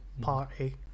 party